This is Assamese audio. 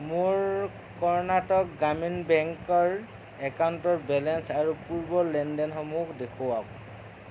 মোৰ কৰ্ণাটক গ্ৰামীণ বেংকৰ একাউণ্টৰ বেলেঞ্চ আৰু পূৰ্বৰ লেনদেনসমূহ দেখুৱাওক